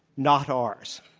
not ours.